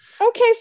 Okay